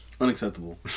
Unacceptable